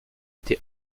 été